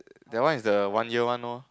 that one is the one year one [nor]